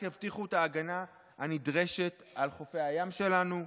יבטיחו את ההגנה הנדרשת על חופי הים שלנו.